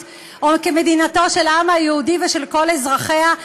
או כמדינתו של העם היהודי ושל כל אזרחיה,